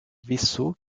vaisseaux